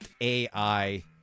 AI